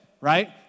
Right